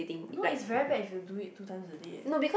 no it's very bad if you do it two times a day eh